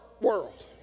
world